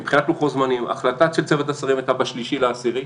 מבחינת לוחות זמנים החלטה של צוות השרים הייתה ב-3 באוקטובר.